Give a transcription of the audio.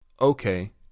Okay